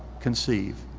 conceive.